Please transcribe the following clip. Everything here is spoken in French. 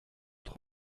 trop